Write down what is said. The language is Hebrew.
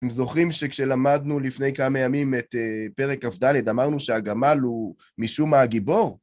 אם זוכרים שכשלמדנו לפני כמה ימים את פרק כ"ד, אמרנו שהגמל הוא משום מה הגיבור.